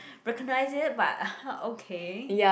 recognise it but okay